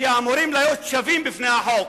שאמורים להיות שווים בפני החוק,